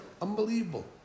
Unbelievable